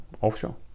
offshore